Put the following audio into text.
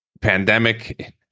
pandemic